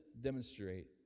demonstrate